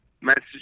message